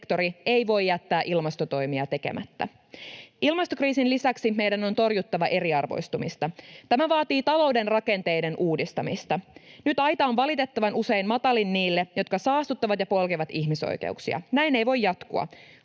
sektori ei voi jättää ilmastotoimia tekemättä. Ilmastokriisin lisäksi meidän on torjuttava eriarvoistumista. Tämä vaatii talouden rakenteiden uudistamista. Nyt aita on valitettavan usein matalin niille, jotka saastuttavat ja polkevat ihmisoikeuksia. Näin ei voi jatkua.